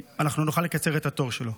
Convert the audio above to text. איך אנחנו נוכל לקצר את התור שלו?